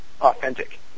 authentic